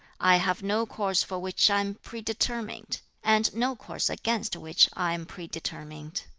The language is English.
i have no course for which i am predetermined, and no course against which i am predetermined